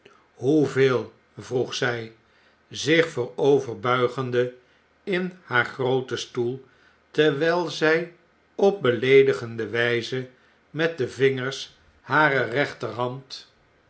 hoeveel vroeg zy zich vooroyer buigende in haar grooten stoel terwyl zy op beleedigende wyze met de vingers harer rechterhand